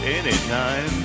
anytime